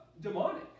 demonic